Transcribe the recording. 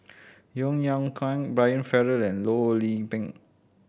Yeo Yeow Kwang Brian Farrell and Loh Lik Peng